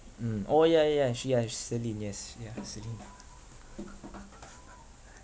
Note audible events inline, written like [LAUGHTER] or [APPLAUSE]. mm !ow! ya ya ya she yes celine yes ya celine [LAUGHS]